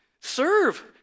Serve